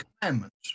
commandments